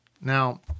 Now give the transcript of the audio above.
Now